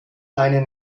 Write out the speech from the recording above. eine